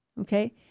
Okay